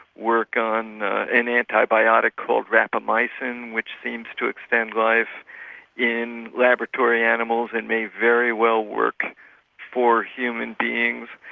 work on an antibiotic called rapamycin which seems to extend life in laboratory animals and may very well work for human beings.